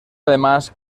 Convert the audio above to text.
además